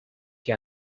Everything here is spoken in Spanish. que